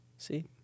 See